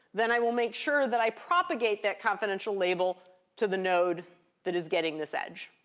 then i will make sure that i propagate that confidential label to the node that is getting this edge.